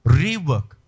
rework